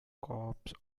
caps